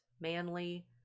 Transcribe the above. manly